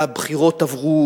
והבחירות עברו,